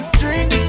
drink